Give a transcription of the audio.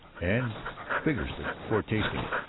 and vigorously, before tasting it.